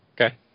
Okay